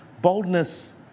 Boldness